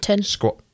squat